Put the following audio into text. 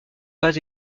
pas